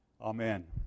amen